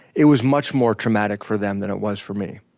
it was much more traumatic for them than it was for me.